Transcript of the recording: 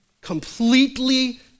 Completely